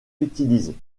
utilisées